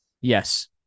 Yes